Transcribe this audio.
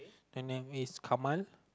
the name is Kamal